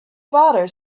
father